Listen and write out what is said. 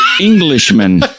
Englishman